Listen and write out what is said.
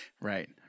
Right